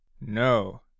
No